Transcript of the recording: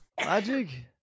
magic